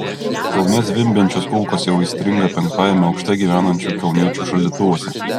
kaune zvimbiančios kulkos jau įstringa penktajame aukšte gyvenančių kauniečių šaldytuvuose